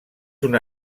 una